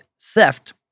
theft